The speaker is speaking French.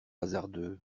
hasardeux